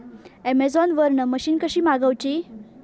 Amazon वरन machine कशी मागवची?